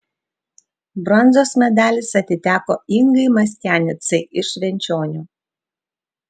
bronzos medalis atiteko ingai mastianicai iš švenčionių